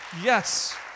Yes